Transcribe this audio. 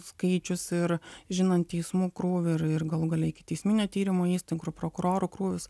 skaičius ir žinant teismų krūvį ir ir galų gale ikiteisminio tyrimo įstaigų ir prokurorų krūvius